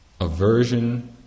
aversion